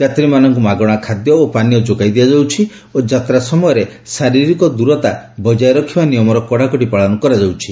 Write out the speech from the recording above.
ଯାତ୍ରୀମାନଙ୍କୁ ମାଗଣା ଖାଦ୍ୟ ଓ ପାନୀୟ ଯୋଗାଇ ଦିଆଯାଇଛି ଓ ଯାତ୍ରା ସମୟରେ ଶାରୀରିକ ଦୂରତା ବଜାୟ ରଖିବା ନିୟମର କଡ଼ାକଡ଼ି ପାଳନ କରାଯାଉଛି